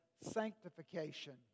sanctification